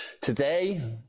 today